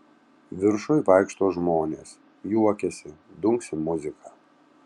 viršuj vaikšto žmonės juokiasi dunksi muzika